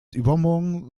übermorgen